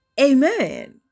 Amen